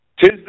Tis